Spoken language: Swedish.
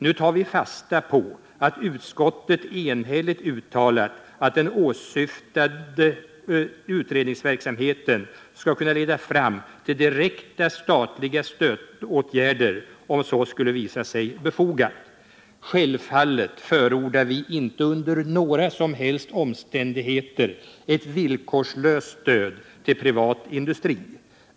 Nu tar vi fasta på att utskottet enhälligt uttalat att den åsyftade utredningsverksamheten skall kunna leda fram till direkta statliga stödåtgärder om så skulle visa sig befogat. Självfallet förordar vi inte under några som helst omständigheter ett villkorslöst stöd till privat industri.